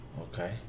Okay